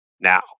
now